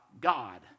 God